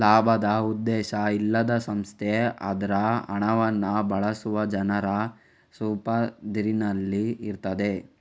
ಲಾಭದ ಉದ್ದೇಶ ಇಲ್ಲದ ಸಂಸ್ಥೆ ಅದ್ರ ಹಣವನ್ನ ಬಳಸುವ ಜನರ ಸುಪರ್ದಿನಲ್ಲಿ ಇರ್ತದೆ